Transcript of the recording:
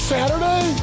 Saturday